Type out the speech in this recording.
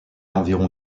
environ